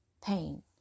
pain